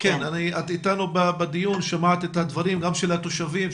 את איתנו בדיון שמעת את הדברים גם של התושבים,